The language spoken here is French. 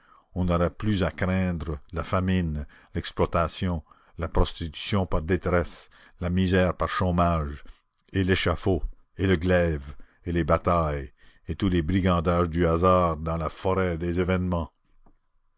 on n'aura plus à craindre la famine l'exploitation la prostitution par détresse la misère par chômage et l'échafaud et le glaive et les batailles et tous les brigandages du hasard dans la forêt des événements